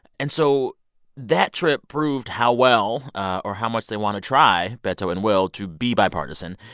and so that trip proved how well or how much they want to try, beto and will, to be bipartisan.